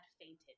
fainted